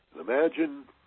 imagine